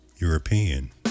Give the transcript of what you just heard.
European